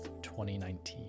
2019